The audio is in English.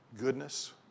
goodness